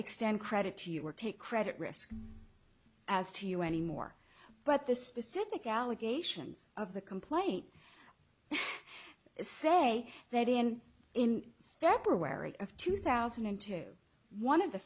extend credit to you or take credit risk as to you anymore but the specific allegations of the complaint say that in in february of two thousand and two one of the